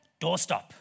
doorstop